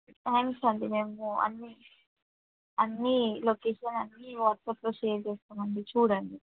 thanks అండి మేము అన్ని అన్ని లొకేషన్ అన్నీ వాట్సాప్లో షేర్ చేస్తామండీ చూడండి